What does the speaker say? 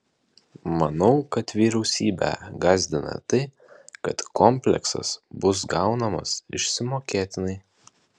manau kad vyriausybę gąsdina tai kad kompleksas bus gaunamas išsimokėtinai